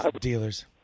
dealers